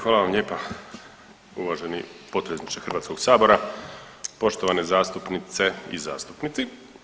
Hvala vam lijepa uvaženi potpredsjedniče Hrvatskog sabora, poštovane zastupnice i zastupnici.